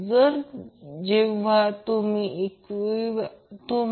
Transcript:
तरIrms 2R हे रेझिस्टरमधील average power आहे